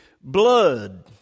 blood